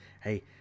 hey